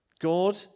God